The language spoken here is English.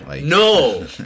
No